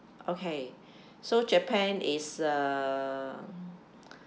okay so japan is uh